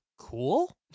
Cool